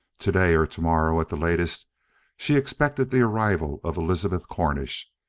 today or tomorrow at the latest she expected the arrival of elizabeth cornish,